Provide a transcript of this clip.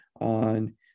on